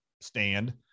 stand